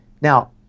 Now